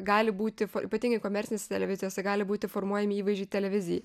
gali būti ypatingai komercinėse televizijose gali būti formuojami įvaizdžiai televizijai